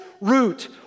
root